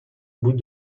bout